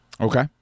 Okay